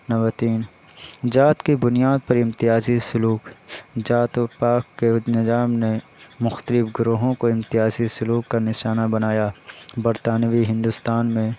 number تین ذات کی بنیاد پر امتیازی سلوک ذات و پات کے نظام نے مختلف گروہوں کو امتیازی سلوک کا نشانہ بنایا برطانوی ہندوستان میں